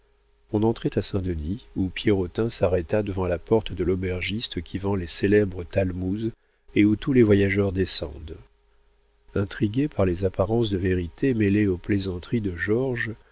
on entrait à saint-denis où pierrotin s'arrêta devant la porte de l'aubergiste qui vend les célèbres talmouses et où tous les voyageurs descendent intrigué par les apparences de vérité mêlées aux plaisanteries de georges